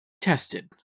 tested